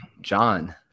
John